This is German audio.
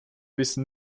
wissen